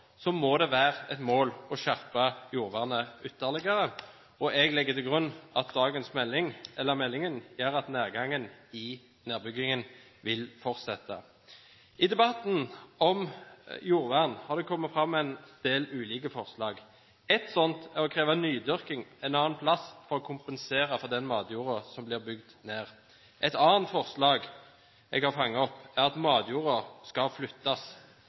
må det være et mål å skjerpe jordvernet ytterligere. Jeg legger til grunn at meldingen gjør at nedgangen i nedbyggingen vil fortsette. I debatten om jordvern har det kommet fram en del ulike forslag. Et slikt er å kreve nydyrking et annet sted for å kompensere for den matjorda som blir bygd ned. Et annet forslag jeg har fanget opp, er at matjorda skal flyttes.